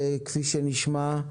כפי שנשמע,